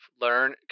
learn